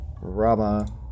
Rama